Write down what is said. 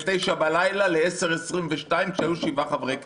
בין 21:00 בלילה ל-22:22 כשהיו שבעה חברי כנסת.